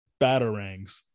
Batarangs